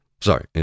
Sorry